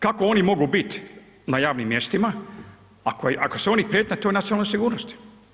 Kako oni mogu biti na javnim mjestima ako su oni prijetnja toj nacionalnoj sigurnosti.